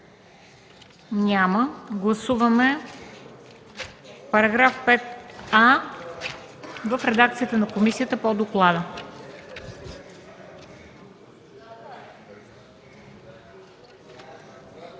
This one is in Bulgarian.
Няма. Гласуваме § 5а в редакцията на комисията по доклада.